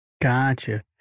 Gotcha